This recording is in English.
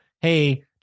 hey